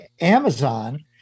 Amazon